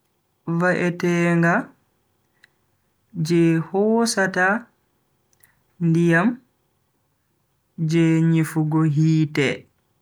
Va'etenga je hosata ndiyam je nyifugo hite.